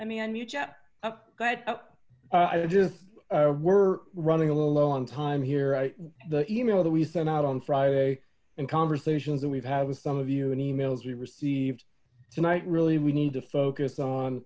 i just were running a little low on time here i the email that we sent out on friday and conversations that we've had with some of you and emails we received tonight really we need to focus on